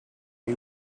you